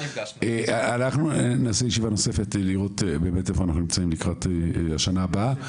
אנחנו נעשה ישיבה נוספת כדי לראות איפה אנחנו נמצאים לקראת השנה הבאה.